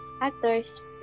actors